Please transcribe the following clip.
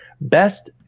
Best